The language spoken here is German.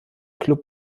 klub